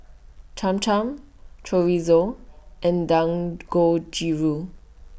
Cham Cham Chorizo and Dangojiru